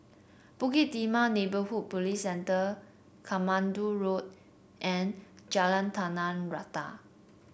Bukit Timah Neighbourhood Police Centre Katmandu Road and Jalan Tanah Rata